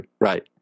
right